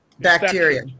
Bacteria